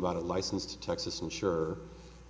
about a license to texas i'm sure